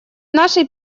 нашей